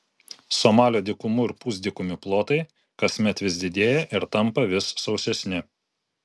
somalio dykumų ir pusdykumių plotai kasmet vis didėja ir tampa vis sausesni